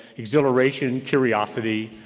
exhilaration, curiosity,